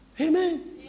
Amen